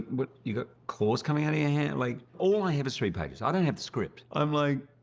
what you got claws coming out of your hand? like, all i have is three pages. i don't have the script. i'm like,